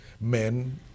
men